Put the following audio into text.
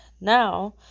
now